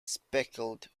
speckled